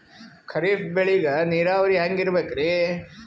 ಖರೀಫ್ ಬೇಳಿಗ ನೀರಾವರಿ ಹ್ಯಾಂಗ್ ಇರ್ಬೇಕರಿ?